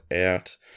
out